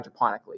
hydroponically